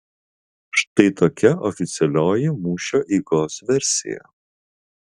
štai tokia oficialioji mūšio eigos versija